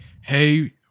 hey